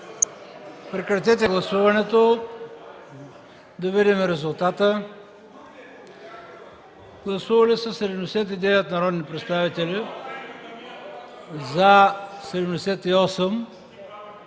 прекратете гласуването, да видим резултата. Гласували 79 народни представители: за 78,